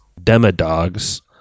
demodogs